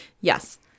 Yes